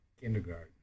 kindergarten